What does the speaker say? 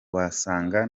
wasanga